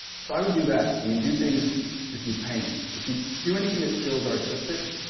so i would do that. i mean, do things if you paint, if you do anything that feels artistic.